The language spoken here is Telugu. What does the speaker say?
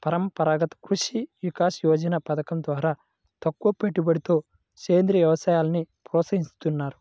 పరంపరాగత కృషి వికాస యోజన పథకం ద్వారా తక్కువపెట్టుబడితో సేంద్రీయ వ్యవసాయాన్ని ప్రోత్సహిస్తున్నారు